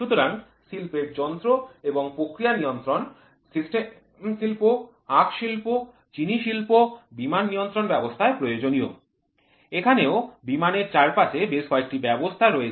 সুতরাং শিল্পের যন্ত্র এবং প্রক্রিয়া নিয়ন্ত্রণ সিমেন্ট শিল্প আখ শিল্প চিনি শিল্প বিমান নিয়ন্ত্রণ ব্যবস্থায় প্রয়োজনীয় এখানেও বিমানের চারপাশে বেশ কয়েকটি ব্যবস্থা রয়েছে